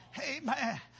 Amen